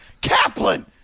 Kaplan